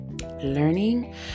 learning